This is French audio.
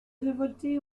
révoltés